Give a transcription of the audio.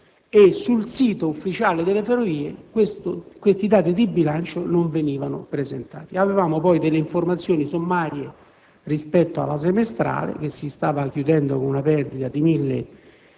e sul sito ufficiale delle Ferrovie questi dati di bilancio non venivano presentati. Avevamo poi delle informazioni sommarie rispetto alla semestrale, che si stava chiudendo con una perdita di 1.022